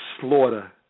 slaughter